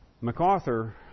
MacArthur